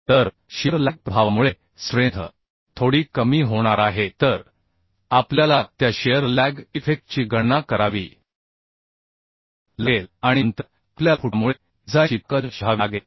तर shear lag प्रभावामुळे strength थोडी कमी होणार आहे तर आपल्याला त्या शिअर लॅग इफेक्टची गणना करावी लागेल आणि नंतर आपल्याला फुटल्यामुळे डिझाइनची ताकद शोधावी लागेल